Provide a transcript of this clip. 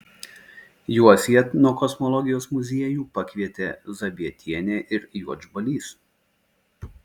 juos į etnokosmologijos muziejų pakvietė zabietienė ir juodžbalys